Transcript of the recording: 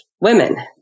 women